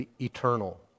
eternal